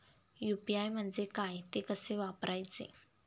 UPI म्हणजे काय, ते कसे वापरायचे?